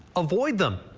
avoid them,